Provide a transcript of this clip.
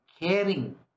caring